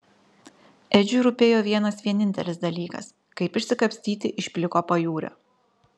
edžiui rūpėjo vienas vienintelis dalykas kaip išsikapstyti iš pliko pajūrio